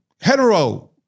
hetero